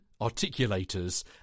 articulators